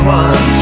one